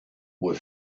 were